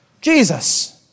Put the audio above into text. Jesus